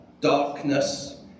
darkness